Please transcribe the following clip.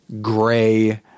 gray